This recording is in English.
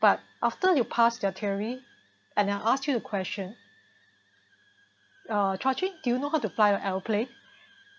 but after you pass the theory and I'll ask you a question uh chua chin do you know how to fly an aeroplane